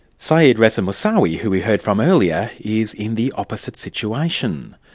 sayed reza moosawi, who we heard from earlier, is in the opposite situation.